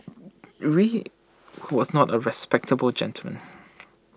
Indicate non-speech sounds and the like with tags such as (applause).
(unintelligible) was not A respectable gentleman